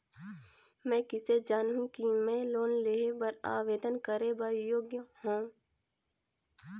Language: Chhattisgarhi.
मैं किसे जानहूं कि मैं लोन लेहे बर आवेदन करे बर योग्य हंव?